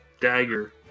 dagger